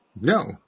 No